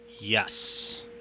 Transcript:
Yes